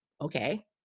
Okay